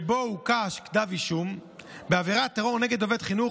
במקרה שבו הוגש כתב אישום בעבירת טרור נגד עובד חינוך,